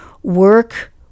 work